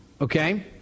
okay